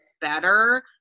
better